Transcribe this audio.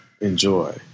enjoy